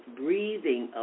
breathing